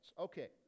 Okay